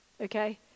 okay